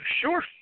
Sure